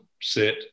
sit